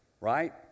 Right